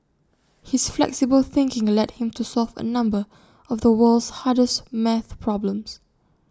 his flexible thinking led him to solve A number of the world's hardest math problems